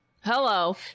Hello